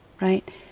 right